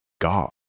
god